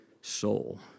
soul